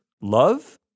Love